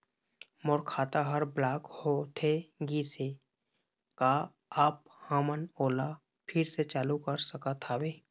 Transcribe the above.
मोर खाता हर ब्लॉक होथे गिस हे, का आप हमन ओला फिर से चालू कर सकत हावे?